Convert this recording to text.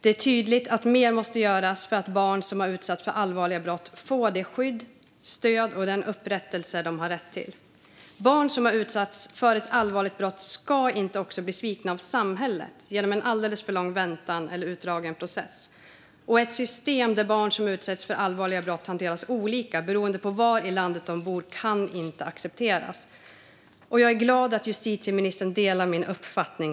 Det är tydligt att mer måste göras för att barn som har utsatts för allvarliga brott får det skydd, det stöd och den upprättelse de har rätt till. Barn som har utsatts för ett allvarligt brott ska inte bli svikna också av samhället genom en alldeles för lång väntan och utdragen process. Ett system där barn som utsätts för allvarliga brott hanteras olika beroende på var i landet de bor kan inte accepteras. Jag är glad att justitieministern delar min uppfattning.